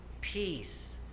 peace